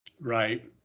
Right